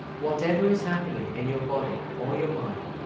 whatever is happening in your body or your mind,